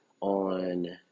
on